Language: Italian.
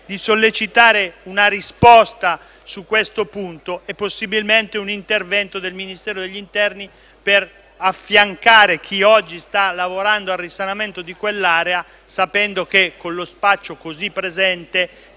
di sollecitare una risposta su questo punto e possibilmente un intervento del Ministero dell'interno per affiancare chi oggi sta lavorando al risanamento di quell'area, sapendo che, con lo spaccio così presente,